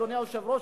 אדוני היושב-ראש,